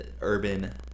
urban